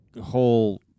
whole